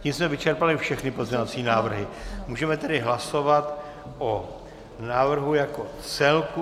Tím jsme vyčerpali všechny pozměňovací návrhy, můžeme tedy hlasovat o návrhu jako celku.